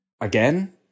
Again